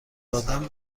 دادن